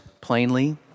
plainly